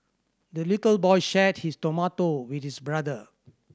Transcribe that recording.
the little boy shared his tomato with his brother